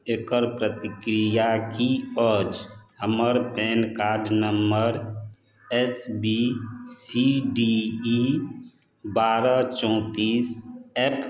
एकर प्रतिक्रिआ की अछि हमर PAN card number S B C D E बारह चौतीस एफ